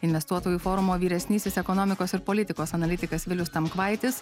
investuotojų forumo vyresnysis ekonomikos ir politikos analitikas vilius tamkvaitis